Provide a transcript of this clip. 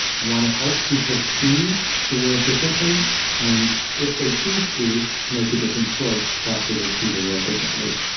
i want to help people see the world differently and if they choose to, make a different choice after they see the world differently.